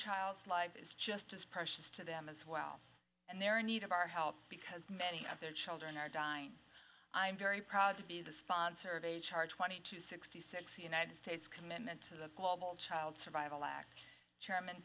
child's life is just as precious to them as well and they're in need of our health because many of their children are dying i'm very proud to be the sponsor of a charge twenty two sixty six the united states commitment to the global child survival act chairman